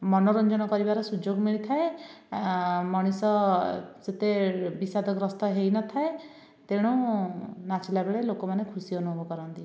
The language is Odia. ମନୋରଞ୍ଜନ କରିବାର ସୁଯୋଗ ମିଳିଥାଏ ମଣିଷ ସେତେ ବିଷାଦଗ୍ରସ୍ତ ହୋଇନଥାଏ ତେଣୁ ନାଚିଲା ବେଳେ ଲୋକମାନେ ଖୁସି ଅନୁଭବ କରନ୍ତି